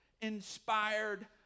inspired